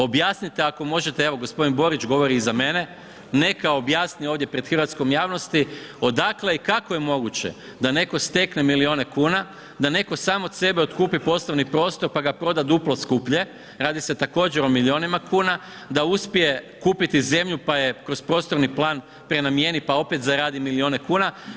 Objasnite ako možete, evo gospodin Borić govori iza mene, neka objasni ovdje pred hrvatskom javnosti odakle i kako je moguće da netko stekne milijune kuna, da netko sam od sebe otkupi poslovni prostor pa ga proda duplo skuplje, radi se također o milijunima kuna, da uspije kupiti zemlju pa je kroz prostorni plan prenamijeni pa opet zaradi milijune kuna.